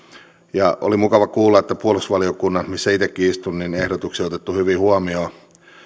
ja oli mukava kuulla että puolustusvaliokunnan missä itsekin istun ehdotuksia on otettu hyvin huomioon